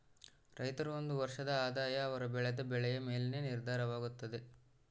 ರೈತರ ಒಂದು ವರ್ಷದ ಆದಾಯ ಅವರು ಬೆಳೆದ ಬೆಳೆಯ ಮೇಲೆನೇ ನಿರ್ಧಾರವಾಗುತ್ತದೆ